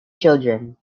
children